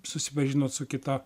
susipažinot su kita